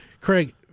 Craig